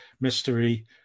mystery